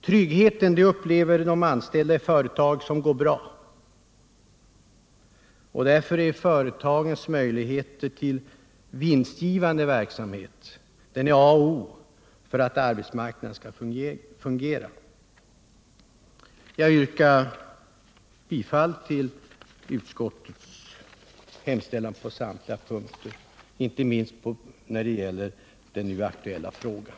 Trygghet upplever de anställda i företag som går bra, och därför är företagens möjligheter till vinstgivande verksamhet A och O för att arbetsmarknaden skall fungera. Jag yrkar bifall till utskottets hemställan på samtliga punkter, inte minst när det gäller den nu aktuella frågan.